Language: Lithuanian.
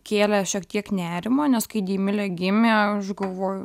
kėlė šiek tiek nerimo nes kai deimilė gimė aš galvoju